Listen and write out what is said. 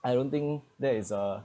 I don't think that is a